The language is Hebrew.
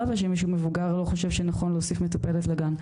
ושמישה ומבוגר לא חושב שנכון להוסיף מטפלת לגן,